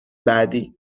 بعدی